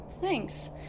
thanks